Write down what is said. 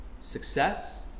Success